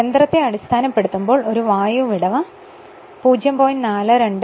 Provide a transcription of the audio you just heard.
യന്ത്രത്തെ അടിസ്ഥാനപ്പെടുത്തുമ്പോൾ ഈ വായു വിടവ് 0